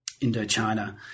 Indochina